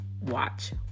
Watch